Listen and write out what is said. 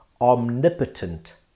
omnipotent